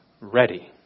Ready